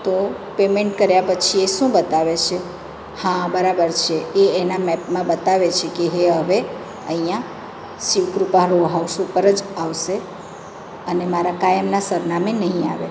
તો પેમેન્ટ કર્યા પછી એ શું બતાવે છે હા બરાબર છે એ એના મેપમાં બતાવે છે કે એ હવે અહીંયાં શિવ કૃપા રો હાઉસ ઉપર જ આવશે અને મારા કાયમના સરનામે નહીં આવે